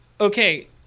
Okay